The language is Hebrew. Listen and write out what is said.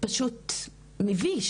זה פשוט מביש.